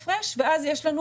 אחרי שמוגש הדוח הזה,